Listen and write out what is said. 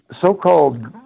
so-called